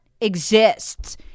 exists